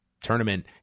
tournament